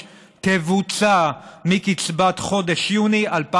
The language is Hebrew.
היושב-ראש: במרכיבים אלו,